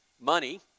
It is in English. money